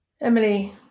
emily